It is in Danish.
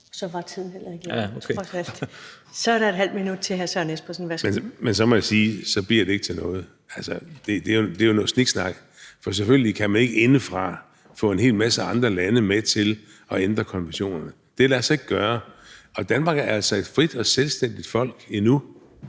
Søren Espersen. Værsgo. Kl. 11:28 Søren Espersen (DF): Men så må jeg sige, at så bliver det ikke til noget. Det er jo noget sniksnak, for selvfølgelig kan man ikke indefra få en hel masse andre lande med på at ændre konventionerne. Det lader sig ikke gøre, og Danmark er altså et frit og selvstændigt land endnu,